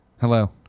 Hello